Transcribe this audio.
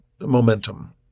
momentum